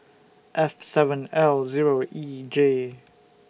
F seven L Zero E J